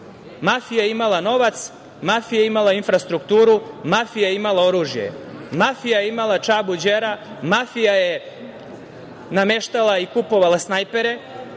Mafija je imala novac, mafija je imala infrastrukturu, mafija je imala oružje. Mafija je imala Čabu Đera, mafija je nameštala i kupovala snajpere